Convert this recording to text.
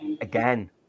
again